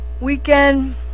weekend